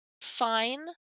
fine